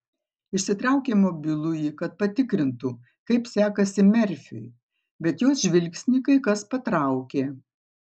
išsitraukė mobilųjį kad patikrintų kaip sekasi merfiui bet jos žvilgsnį kai kas patraukė